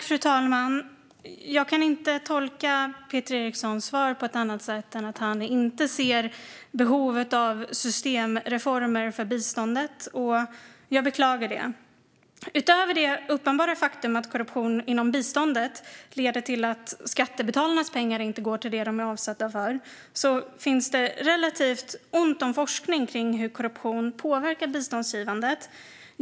Fru talman! Jag kan inte tolka Peter Erikssons svar på något annat sätt än att han inte ser behovet av systemreformer för biståndet. Jag beklagar det. Utöver det uppenbara faktum att korruption inom biståndet leder till att skattebetalarnas pengar inte går till det de är avsedda för finns relativt ont om forskning kring hur korruption påverkar biståndsgivandet.